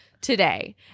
today